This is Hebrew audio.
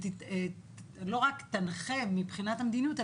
כלומר שלא רק תנחה מבחינת המדיניות,